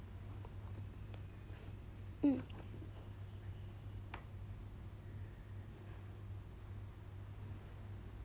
hmm